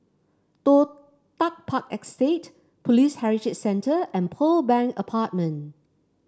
Toh Tuck Park Estate Police Heritage Centre and Pearl Bank Apartment